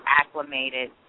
acclimated